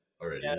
already